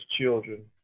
children